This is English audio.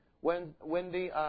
Wendy